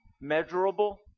measurable